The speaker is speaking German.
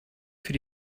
für